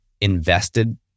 invested